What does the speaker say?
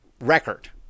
record